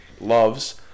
loves